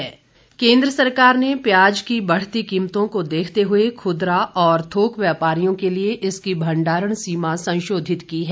सरकार प्याज केन्द्र सरकार ने प्याज की बढ़ती कीमतों को देखते हुए खुदरा और थोक व्यापारियों के लिए इसकी भंडारण सीमा संशोधित की है